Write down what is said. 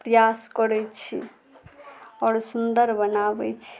प्रयास करै छी आओर सुन्दर बनाबै छी